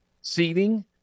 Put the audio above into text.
seating